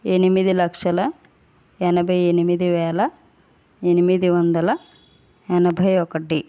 ఎనిమిది లక్షల ఎనభై ఎనిమిది వేల ఎనిమిది వందల ఎనభై ఒకటి